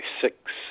six